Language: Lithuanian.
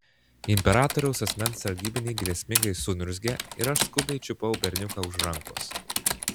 imperatoriaus asmens sargybiniai grėsmingai suniurzgė ir aš skubiai čiupau berniuką už rankos